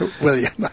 William